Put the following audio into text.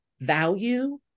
value